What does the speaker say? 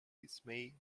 dismay